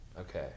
okay